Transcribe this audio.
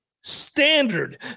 standard